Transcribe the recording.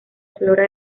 flora